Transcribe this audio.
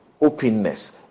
openness